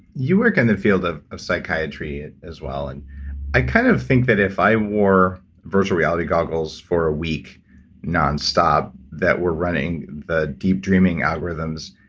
you work in the field of of psychiatry as well, and i kind of think that if i wore virtual reality goggles for a week nonstop, that were running the deep dreaming algorithms,